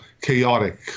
chaotic